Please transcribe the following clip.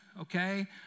okay